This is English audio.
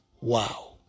Wow